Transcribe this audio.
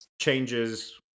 changes